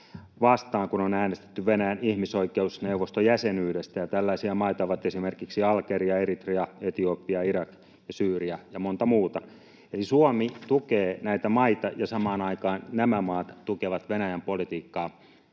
vastaan, kun on äänestetty Venäjän ihmisoikeusneuvoston jäsenyydestä. Tällaisia maita ovat esimerkiksi Algeria, Eritrea, Etiopia, Irak, Syyria ja monta muuta. Eli Suomi tukee näitä maita, ja samaan aikaan nämä maat tukevat Venäjän politiikkaa.